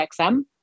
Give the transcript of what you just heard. XM